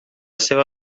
seva